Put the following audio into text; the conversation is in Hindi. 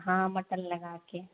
हाँ मटन लगा कर